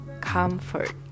comfort